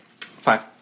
Five